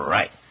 Right